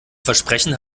versprechen